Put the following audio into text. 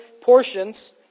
portions